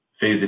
phase